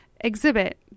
exhibit